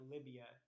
Libya